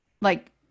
like-